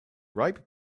ripe